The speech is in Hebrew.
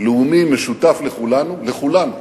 לאומי משותף לכולנו, לכולנו,